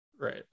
Right